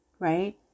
right